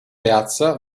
piazza